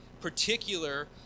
particular